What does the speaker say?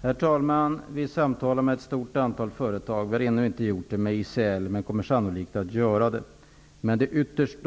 Herr talman! Regeringen samtalar med ett stort antal företag. Vi har ännu inte gjort det med ICL, men kommer sannolikt att göra det. Det är ytterst